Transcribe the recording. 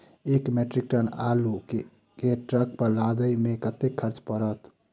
एक metric ton आलु केँ ट्रक पर लदाबै मे कतेक खर्च पड़त?